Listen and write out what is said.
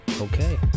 okay